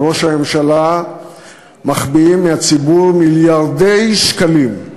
וראש הממשלה מחביאים מהציבור מיליארדי שקלים,